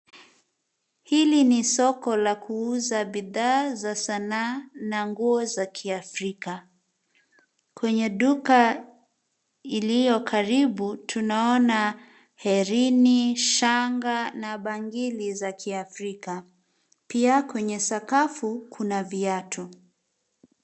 Hili ni soko l kuuza bidhaa za sanaa na nguo za kiafrika. Kwenye duka iliyokaribu tunaona herini, shanga na bangili za kiafrika, pia kwenye sakafu kua viatu.